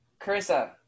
Carissa